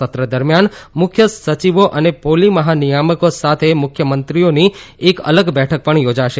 સત્ર દરમિયાન મુખ્ય સચિવો અને પોલી મહાનિયામકો સાથે મુખ્યમંત્રીઓની એક અલગ બેઠક પણ યોજાશે